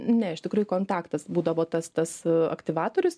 ne iš tikrųjų kontaktas būdavo tas tas aktyvatorius